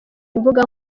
imbuga